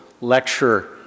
lecture